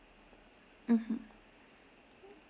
mmhmm